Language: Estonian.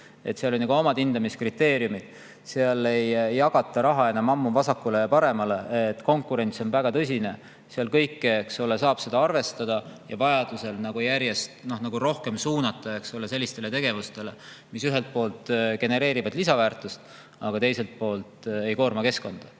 Seal on oma hindamiskriteeriumid. Seal ei jagata raha enam ammu vasakule ja paremale, vaid konkurents on väga tõsine. Seal saab kõike arvestada ja vajadusel järjest rohkem suunata [raha] sellistele tegevustele, mis ühelt poolt genereerivad lisaväärtust, aga teiselt poolt ei koorma keskkonda.